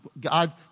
God